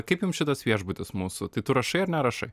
kaip jum šitas viešbutis mūsų tai tu rašai ar nerašai